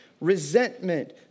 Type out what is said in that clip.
resentment